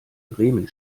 bremen